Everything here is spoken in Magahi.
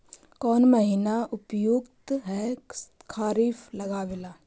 कौन महीना उपयुकत है खरिफ लगावे ला?